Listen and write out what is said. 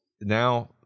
now